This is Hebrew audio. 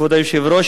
כבוד היושב-ראש,